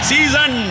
Season